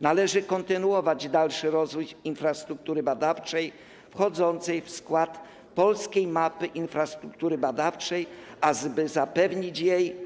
Należy kontynuować dalszy rozwój infrastruktury badawczej wchodzącej w skład polskiej mapy infrastruktury badawczej, aby zapewnić jej